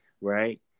Right